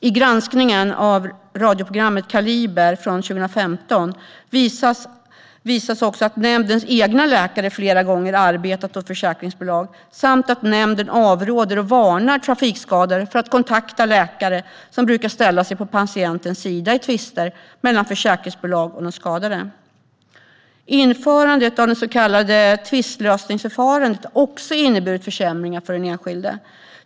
I granskningen av radioprogrammet Kaliber från 2015 visas också att nämndens egna läkare flera gånger har arbetat åt försäkringsbolag samt att nämnden avråder och varnar trafikskadade för att kontakta läkare som brukar ställa sig på patientens sida i tvister mellan försäkringsbolag och de skadade. Införandet av det så kallade tvistlösningsförfarandet har också inneburit försämringar för den enskilde.